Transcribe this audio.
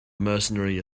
mercenary